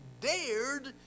dared